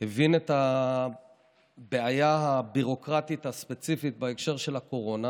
הבין את הבעיה הביורוקרטית הספציפית בהקשר של הקורונה